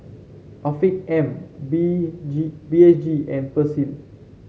Afiq M B G B H G and Persil